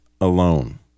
alone